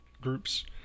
groups